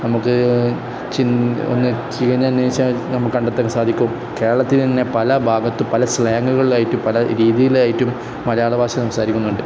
നമുക്ക് ഒന്ന് ചികഞ്ഞു അന്വേഷിച്ചാൽ നമുക്ക് കണ്ടെത്താൻ സാധിക്കും കേരളത്തിൽ തന്നെ പല ഭാഗത്തും പല സ്ലാങ്ങുകളിലായിട്ടും പല രീതിയിലായിട്ടും മലയാള ഭാഷ സംസാരിക്കുന്നുണ്ട്